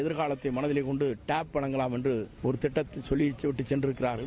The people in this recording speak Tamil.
எதிர்காலத்தை மனதில் கொண்டு டாப் வழங்கலாம் என்று ஒரு திட்டத்தை சொல்லிவிட்டு சென்றிருக்கிறார்கள்